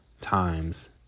times